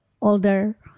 older